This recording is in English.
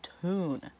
tune